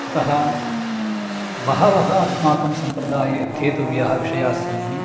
यतः बहवः अस्माकं सम्प्रदाये अध्येतव्यः विषयास्सन्ति